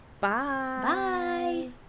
Bye